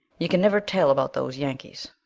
you can never tell about those yankees.